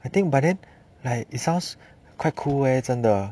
I think but then like it sounds quite cool eh 真的